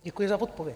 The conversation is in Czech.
Děkuji za odpověď.